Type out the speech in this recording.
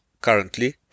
Currently